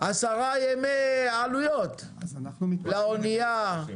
10 ימי עלויות לאונייה.